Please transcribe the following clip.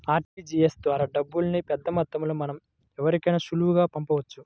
RTGS ద్వారా డబ్బుల్ని పెద్దమొత్తంలో మనం ఎవరికైనా సులువుగా పంపించవచ్చు